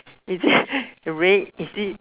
is it red is it